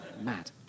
Mad